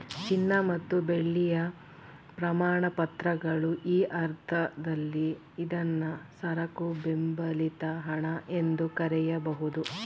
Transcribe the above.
ಚಿನ್ನ ಮತ್ತು ಬೆಳ್ಳಿಯ ಪ್ರಮಾಣಪತ್ರಗಳು ಈ ಅರ್ಥದಲ್ಲಿ ಇದ್ನಾ ಸರಕು ಬೆಂಬಲಿತ ಹಣ ಎಂದು ಕರೆಯಬಹುದು